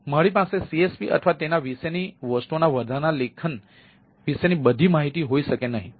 તેથી મારી પાસે CSP અથવા તેના વિશેની વસ્તુઓના વધારાના લેખન વિશેની બધી માહિતી હોઈ શકે નહીં